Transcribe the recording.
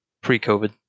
pre-COVID